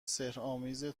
سحرآمیز